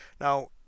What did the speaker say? Now